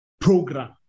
program